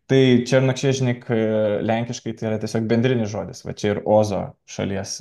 tai černačežnik lenkiškai tai yra tiesiog bendrinis žodis va čia ir ozo šalies